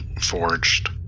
forged